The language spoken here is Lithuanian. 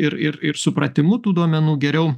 ir ir ir supratimu tų duomenų geriau